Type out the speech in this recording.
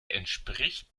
entspricht